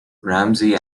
ramsey